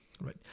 right